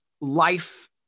life